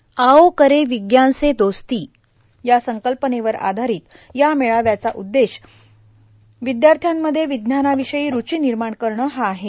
आओ करे विज्ञान से दोस्ती या संकल्पनेवर आधारीत या मेळाव्याचा उद्देश विद्यार्थ्यामध्ये विज्ञानाविषयी रुची निर्माण करणे हा आहे